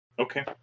Okay